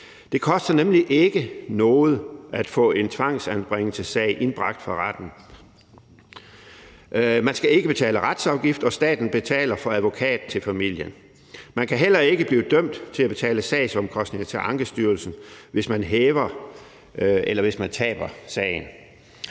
Det koster nemlig ikke noget at få en tvangsanbringelsessag indbragt for retten; man skal ikke betale retsafgift, og staten betaler for advokat til familien. Man kan heller ikke blive dømt til at betale sagsomkostninger til Ankestyrelsen, hvis man hæver eller taber sagen.